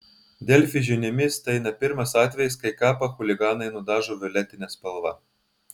delfi žiniomis tai ne pirmas atvejis kai kapą chuliganai nudažo violetine spalva